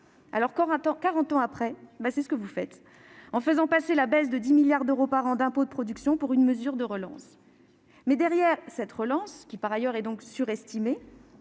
Quarante ans après, c'est ce que vous faites en faisant passer la baisse de 10 milliards d'euros par an d'impôts de production pour une mesure de relance. Mais derrière cette relance, par ailleurs surestimée,